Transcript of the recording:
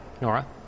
Nora